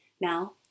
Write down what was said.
Now